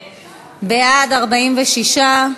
בעד, 46,